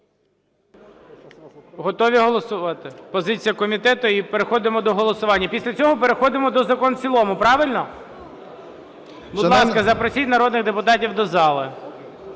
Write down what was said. Готові голосувати? Позиція комітету – і переходимо до голосування. Після цього переходимо до закону в цілому, правильно? Будь ласка, запросіть народних депутатів до зали.